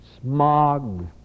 smog